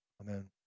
Amen